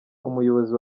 umuyobozi